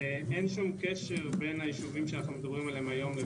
אין שום קשר בין היישובים האלה ליישובים שאנחנו מדברים עליהם היום.